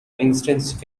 instance